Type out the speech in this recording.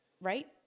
right